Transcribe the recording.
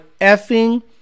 effing